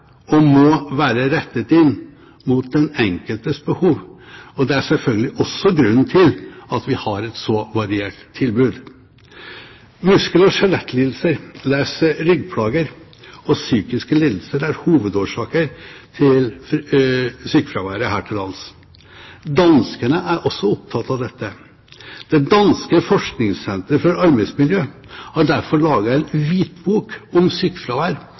og må være rettet inn mot den enkeltes behov. Det er selvfølgelig også grunnen til at vi har et så variert tilbud. Muskel- og skjelettlidelser – les: ryggplager – og psykiske lidelser er hovedårsaker til sykefraværet her til lands. Danskene er også opptatt av dette. Det danske forskningssenteret for arbeidsmiljø har derfor laget en hvitbok om sykefravær